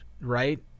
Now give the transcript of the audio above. right